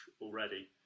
already